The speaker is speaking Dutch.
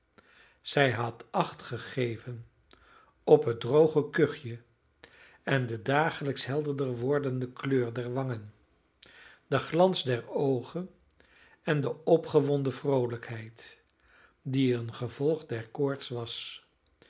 zij had acht gegeven op het droge kuchje en de dagelijks helderder wordende kleur der wangen de glans der oogen en de opgewonden vroolijkheid die een gevolg